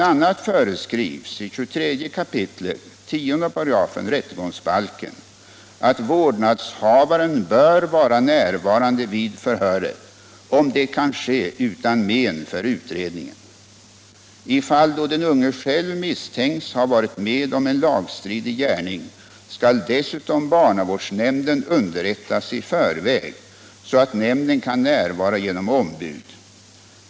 a. föreskrivs i 23 kap. 10 § rättegångsbalken att vårdnadshavaren bör vara närvarande vid förhöret, om det kan ske utan men för utredningen. I fall då den unge själv misstänks ha varit med om en lagstridig gärning skall dessutom barnavårdsnämnden underrättas i förväg, så att nämnden kan närvara genom ombud.